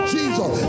Jesus